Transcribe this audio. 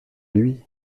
lui